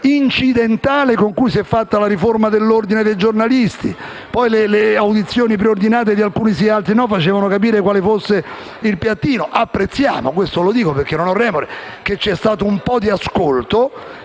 incidentale con cui si è fatta la riforma dell'Ordine dei giornalisti. Le audizioni preordinate di alcuni sì e di altri no facevano capire quale fosse il piattino. Apprezziamo - questo lo dico perché non ho remore - che ci sia stato un po' di ascolto